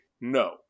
no